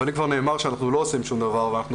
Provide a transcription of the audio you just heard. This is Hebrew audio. אבל אם כבר נאמר שאנחנו לא עושים שום דבר ואנחנו